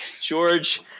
George